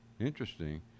interesting